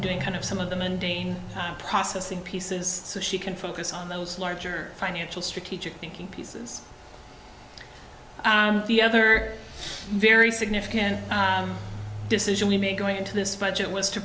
doing kind of some of the mundane processing pieces so she can focus on those larger financial strategic thinking pieces the other very significant decision we made going into this budget was to